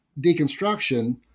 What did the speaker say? deconstruction